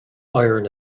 iron